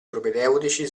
propedeutici